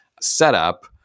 setup